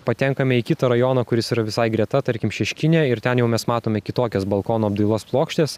patenkame į kitą rajoną kuris yra visai greta tarkim šeškinė ir ten jau mes matome kitokias balkono apdailos plokštes